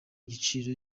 igiciro